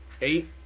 eight